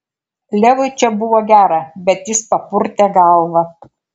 levui čia buvo gera bet jis papurtė galvą